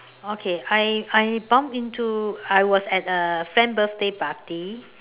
okay I I bump into I was at a friend's birthday party